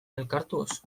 elkartuz